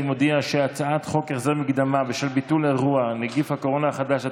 אני מודיע שהצעת חוק החזר מקדמה בשל ביטול אירוע (נגיף הקורונה החדש),